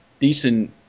decent